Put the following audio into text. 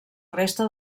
resta